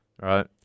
Right